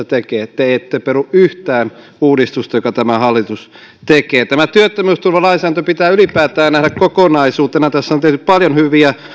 tekee te ette peru yhtään uudistusta jonka tämä hallitus tekee tämä työttömyysturvalainsäädäntö pitää ylipäätään nähdä kokonaisuutena tässä on tehty paljon hyviä